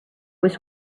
was